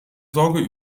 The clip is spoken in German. sorge